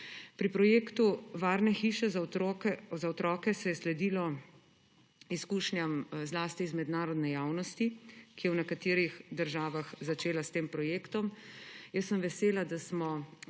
Pri projektu varne hiše za otroke se je sledilo izkušnjam zlasti mednarodne javnosti, ki je v nekaterih državah začela s tem projektom.